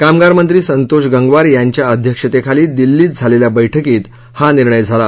कामगार मंत्री संतोष गंगवार यांच्या अध्यक्षेतेखाली दिल्लीत झालेल्या बैठकीत हा निर्णय झाला